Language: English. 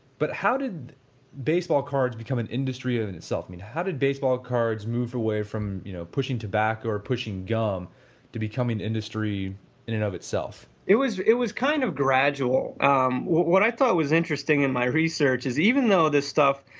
but how did baseball cards become an industry of and itself? i mean how did baseball cards moved away from you know pushing tobacco or pushing gum to become an industry in and of itself? it was it was kind of gradual. um what i thought was interesting in my research is even though this stuff,